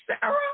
Sarah